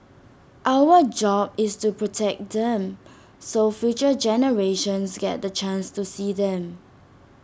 our job is to protect them so future generations get the chance to see them